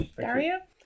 Daria